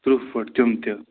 ترٕٛہ فُٹ تِم تہِ